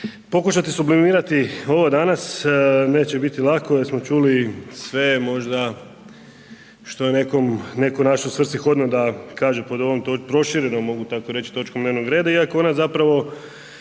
pokušati sublimirati ovo danas neće biti lako jer smo čuli sve možda što je nekom netko našao svrsishodno da kaže pod ovom proširenom, mogu tako reći, točkom dnevnog reda iako ona zapravo